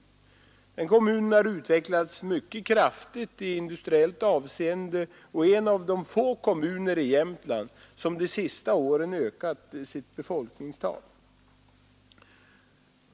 Den kommunen har utvecklats mycket kraftigt i industriellt avseende och är en av de få kommuner i Jämtlands län som de senaste åren ökat sitt befolkningstal.